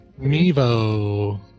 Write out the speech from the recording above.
Mevo